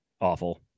awful